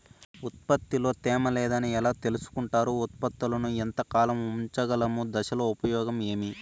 ఉత్పత్తి లో తేమ లేదని ఎలా తెలుసుకొంటారు ఉత్పత్తులను ఎంత కాలము ఉంచగలము దశలు ఉపయోగం ఏమి?